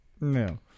No